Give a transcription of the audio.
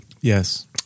Yes